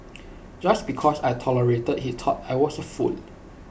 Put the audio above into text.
just because I tolerated he thought I was A fool